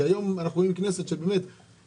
היום אנחנו בכנסת של 61,